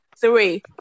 three